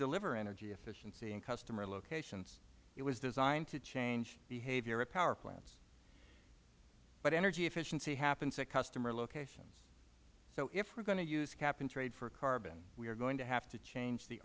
deliver energy efficiency in customer locations it was designed to change behavior at power plants but energy efficiency happens at customer locations so if we are going to use cap and trade for carbon we are going to have to change the